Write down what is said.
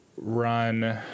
run